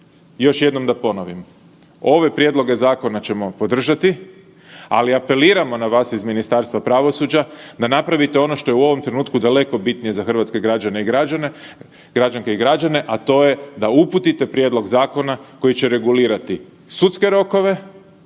Još jednom da ponovim, ove prijedloge zakona ćemo podržati, ali apeliramo na vas iz Ministarstva pravosuđa da napravite ono što je u ovom trenutku daleko bitnije za hrvatske građanke i građane, a to je da uputite prijedlog zakona koji će regulirati sudske rokove